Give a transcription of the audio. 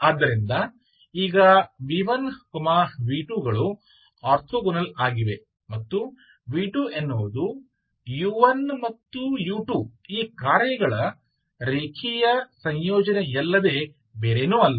ಆದ್ದರಿಂದ ಈಗ v1 v2 ಗಳು ಆರ್ಥೋಗೋನಲ್ ಆಗಿವೆ ಮತ್ತು v2ಎನ್ನುವುದು u1 ಮತ್ತು u2 ಈ ಕಾರ್ಯಗಳ ರೇಖೀಯ ಸಂಯೋಜನೆಯಲ್ಲದೆ ಬೇರೇನೂ ಅಲ್ಲ